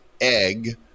egg